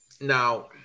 Now